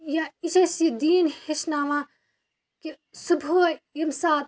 یا یہِ چھِ اَسہِ یہِ دیٖن ہیٚچھناوان کہِ صُبحٲے ییٚمہِ سات